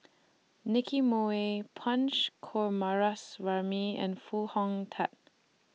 Nicky Moey Punch Coomaraswamy and Foo Hong Tatt